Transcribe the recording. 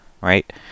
right